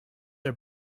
are